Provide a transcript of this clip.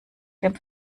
dem